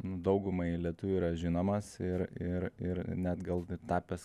nu daugumai lietuvių yra žinomas ir ir ir net gal ir tapęs